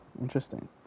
Interesting